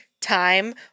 time